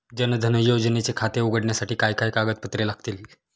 जनधन योजनेचे खाते उघडण्यासाठी काय काय कागदपत्रे लागतील?